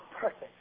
perfect